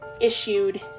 issued